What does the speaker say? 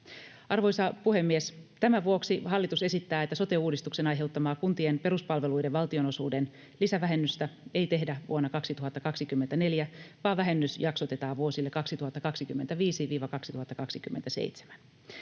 Arvoisa puhemies! Tämän vuoksi hallitus esittää, että sote-uudistuksen aiheuttamaa kuntien peruspalveluiden valtionosuuden lisävähennystä ei tehdä vuonna 2024, vaan vähennys jaksotetaan vuosille 2025—2027.